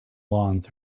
lawns